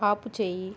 ఆపుచేయి